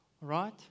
right